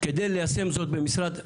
כדי ליישם זאת במשרד הרווחה,